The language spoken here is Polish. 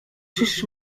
czyż